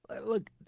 Look